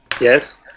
Yes